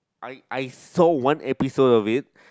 I I saw one episode of it